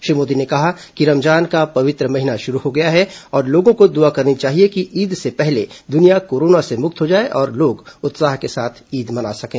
श्री मोदी ने कहा कि रमजान का पवित्र महीना शुरू हो गया है और लोगों को दुआ करनी चाहिए कि ईद से पहले दुनिया कोरोना से मुक्त हो जाये और लोग उत्साह के साथ ईद मना सकें